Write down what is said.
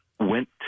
went